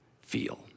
feel